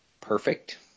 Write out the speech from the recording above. perfect